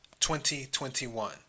2021